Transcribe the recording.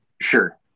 Sure